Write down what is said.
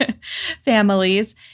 families